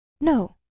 No